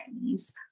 Chinese